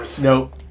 Nope